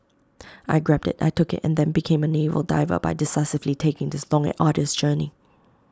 I grabbed IT I took IT and then became A naval diver by decisively taking this long and arduous journey